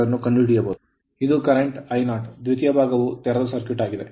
ಇದು ಪ್ರಸ್ತುತ ಐ0ದ್ವಿತೀಯ ಭಾಗವು ತೆರೆದ ಸರ್ಕ್ಯೂಟ್ ಆಗಿದೆ